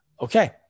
okay